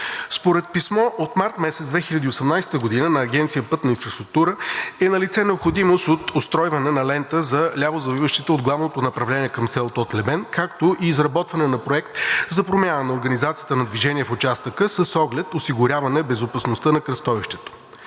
Според писмо от март месец 2018 г. на Агенция „Пътна инфраструктура“ е налице необходимост от устройване на лента за лявозавиващите от главното направление към село Тотлебен, както и изработване на проект за промяна на организацията на движение в участъка с оглед осигуряване безопасността на кръстовището.